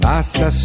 Basta